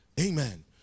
Amen